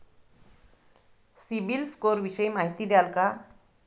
CIBIL score विषयी माहिती द्याल का?